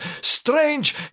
strange